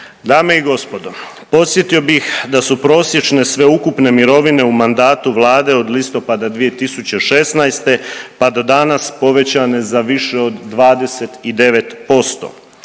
Dame i gospodo, podsjetio bih da su prosječne sveukupne mirovine u mandatu vlade od listopada 2016., pa do danas povećane za više od 29%,